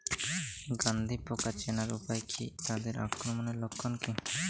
গন্ধি পোকা চেনার উপায় কী তাদের আক্রমণের লক্ষণ কী?